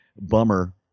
Bummer